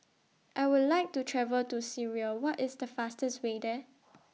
I Would like to travel to Syria What IS The fastest Way There